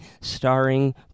starring